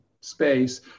space